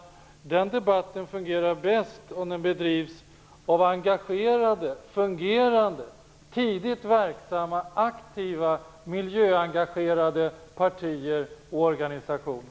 Den debatten fungerar bäst om den bedrivs av engagerade, fungerande, tidigt verksamma, aktiva, miljöengagerade partier och organisationer.